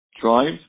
Drive